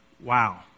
Wow